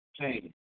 chain